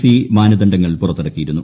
C മാനദണ്ഡങ്ങൾ പുറത്തിറക്കിയിരുന്നു